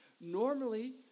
Normally